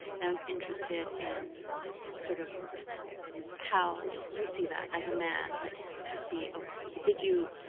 and i was interested in sort of how you see that as a man. like to see. ah did you.